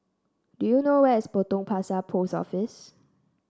do you know where is Potong Pasir Post Office